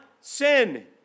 sin